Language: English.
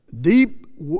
DEEP